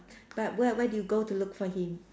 but where where did you go to look for him